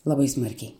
labai smarkiai